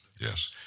Yes